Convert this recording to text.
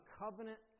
covenant